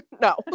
No